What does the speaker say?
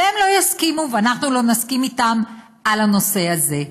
והם לא יסכימו ואנחנו לא נסכים איתם על הנושא הזה.